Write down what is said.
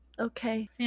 Okay